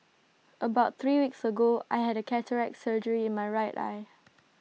about three weeks ago I had A cataract surgery in my right eye